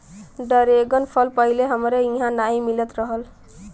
dragon फल पहिले हमरे इहाँ नाही मिलत रहल